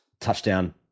touchdown